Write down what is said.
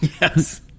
yes